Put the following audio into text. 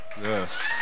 Yes